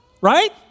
right